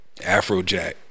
Afrojack